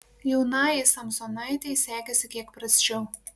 jaunajai samsonaitei sekėsi kiek prasčiau